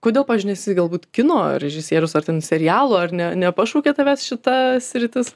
kodėl pavyzdžiui nesi galbūt kino režisierius ar ten serialų ar ne nepašaukė tavęs šita sritis